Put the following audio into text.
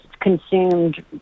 consumed